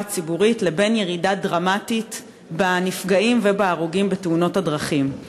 הציבורית לבין ירידה דרמטית בנפגעים ובהרוגים בתאונות הדרכים.